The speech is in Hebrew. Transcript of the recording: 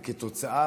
וכתוצאה,